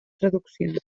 traduccions